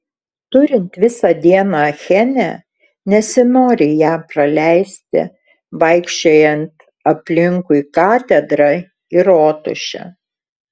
turint visą dieną achene nesinori ją praleisti vaikščiojant aplinkui katedrą ir rotušę